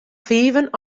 fiven